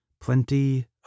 Plenty